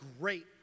great